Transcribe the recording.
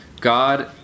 God